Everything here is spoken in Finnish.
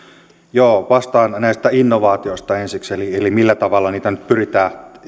joo vastaan näistä innovaatioista ensiksi eli eli millä tavalla niitä nyt pyritään